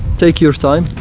take your time!